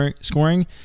scoring